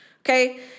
Okay